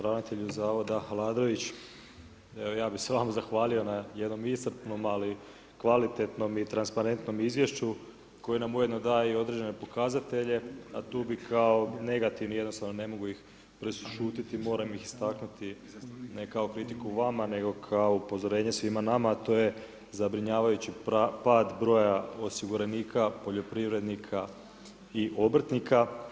Ravnatelju zavoda Aladrović, evo ja bi se vama zahvalio na jednom iscrpnom, ali kvalitetnom i transparentnom izvješću koji nam ujedno daje i određene pokazatelje, a tu bih kao negativno, jednostavno ne mogu ih prešutjeti, moram ih istaknuti, ne kao kritiku vama, nego kao upozorenje svima nama, a to je zabrinjavajući pad broja osiguranika, poljoprivrednika i obrtnika.